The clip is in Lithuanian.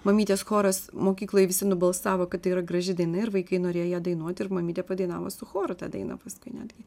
mamytės choras mokykloj visi nubalsavo kad tai yra graži daina ir vaikai norėjo ją dainuoti ir mamytė padainavo su choru tą dainą paskui netgi